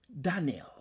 Daniel